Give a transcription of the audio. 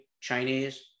Chinese